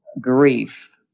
grief